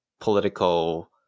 political